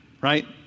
right